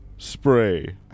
Spray